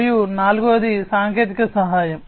మరియు నాల్గవది సాంకేతిక సహాయం